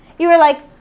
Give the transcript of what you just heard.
you were like,